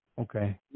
okay